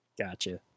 Gotcha